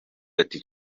ati